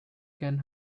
can